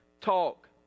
talk